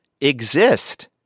exist